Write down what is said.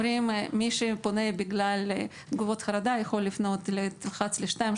אומרים: מי שפונה בגלל תגובות חרדה ילחץ 2,